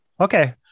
Okay